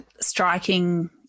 striking